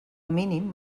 mínim